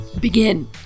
Begin